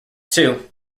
too